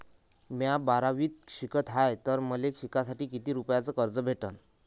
म्या बारावीत शिकत हाय तर मले शिकासाठी किती रुपयान कर्ज भेटन?